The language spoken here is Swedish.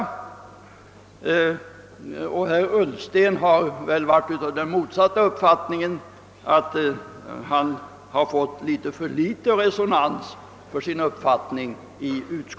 Herr Ullsten har varit av den motsatta uppfattningen, nämligen att motionärerna fått litet för litet resonans i utskottet för sin uppfattning.